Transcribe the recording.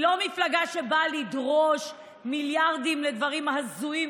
היא לא מפלגה שבאה לדרוש מיליארדים לדברים הזויים,